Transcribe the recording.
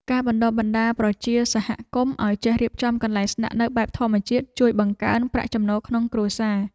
ការបណ្តុះបណ្តាលប្រជាសហគមន៍ឱ្យចេះរៀបចំកន្លែងស្នាក់នៅបែបធម្មជាតិជួយបង្កើនប្រាក់ចំណូលក្នុងគ្រួសារ។